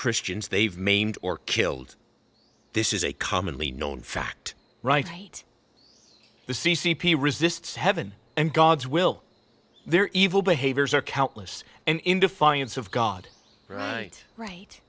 christians they've maimed or killed this is a commonly known fact right the c c p resists heaven and god's will they're evil behaviors are countless and in defiance of god right right